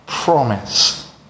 Promise